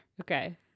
Okay